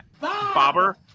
Bobber